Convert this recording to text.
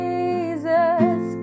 Jesus